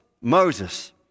Moses